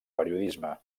periodisme